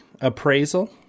appraisal